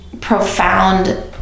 profound